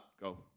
go